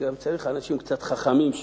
צריך גם אנשים קצת חכמים.